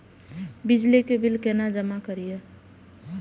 बिजली के बिल केना जमा करिए?